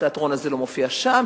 התיאטרון הזה לא מופיע שם,